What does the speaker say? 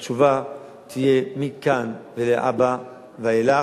התשובה תהיה מכאן ולהבא, ואילך,